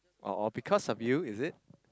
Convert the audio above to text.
or or because of you is it